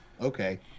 okay